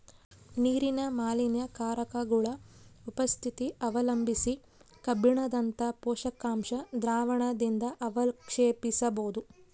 ನೀರಿನ ಮಾಲಿನ್ಯಕಾರಕಗುಳ ಉಪಸ್ಥಿತಿ ಅವಲಂಬಿಸಿ ಕಬ್ಬಿಣದಂತ ಪೋಷಕಾಂಶ ದ್ರಾವಣದಿಂದಅವಕ್ಷೇಪಿಸಬೋದು